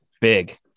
big